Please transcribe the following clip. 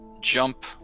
jump